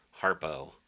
Harpo